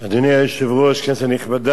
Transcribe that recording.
אדוני היושב-ראש, כנסת נכבדה,